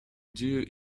due